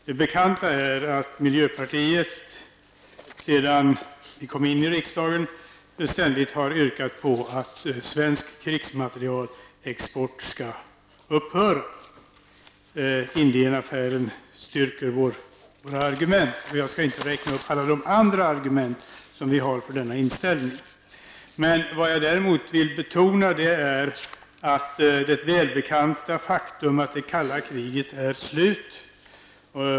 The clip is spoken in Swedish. Det bekanta är att miljöpartiet sedan det kom in i riksdagen ständigt har yrkat att svensk krigsmaterielexport skall upphöra. Indienaffären styrker våra argument för det. Jag skall inte räkna upp alla andra argument som vi har för denna inställning. Däremot vill jag påminna om det välbekanta faktum att det kalla kriget är slut.